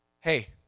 Hey